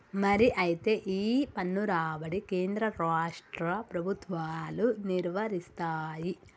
మరి అయితే ఈ పన్ను రాబడి కేంద్ర రాష్ట్ర ప్రభుత్వాలు నిర్వరిస్తాయి